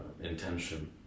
intention